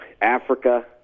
Africa